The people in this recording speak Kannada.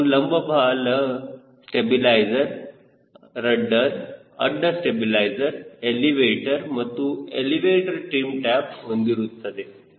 ಅದು ಲಂಬ ಸ್ಟಬಿಲೈಜರ್ ರಡ್ಡರ್ ಅಡ್ಡ ಸ್ಟಬಿಲೈಜರ್ ಎಲಿವೇಟರ್ ಮತ್ತು ಎಲಿವೇಟರ್ ಟ್ರಿಮ್ ಟ್ಯಾಬ್ ಹೊಂದಿರುತ್ತದೆ